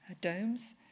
domes